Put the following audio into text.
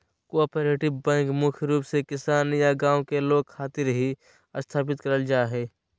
cooperative bank मुख्य रूप से किसान या गांव के लोग खातिर ही स्थापित करल जा हय